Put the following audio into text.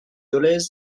dolez